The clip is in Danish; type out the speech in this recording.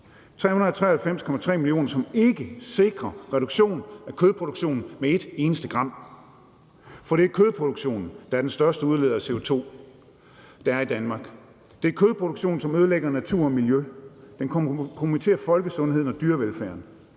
393,3 mio. kr., som ikke sikrer en reduktion af kødproduktionen med et eneste gram. For det er kødproduktionen, der er den største udleder af CO2 i Danmark. Det er kødproduktionen, som ødelægger natur og miljø, den kompromitterer folkesundheden og dyrevelfærden.